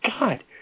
God